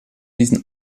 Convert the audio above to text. diesen